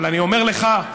אבל אני אומר לך: